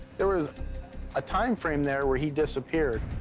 there was a timeframe there where he disappeared,